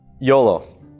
YOLO